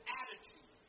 attitude